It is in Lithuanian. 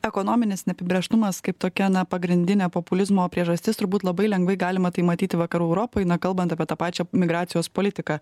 ekonominis neapibrėžtumas kaip tokia na pagrindinė populizmo priežastis turbūt labai lengvai galima tai matyti vakarų europoj na kalbant apie tą pačią migracijos politiką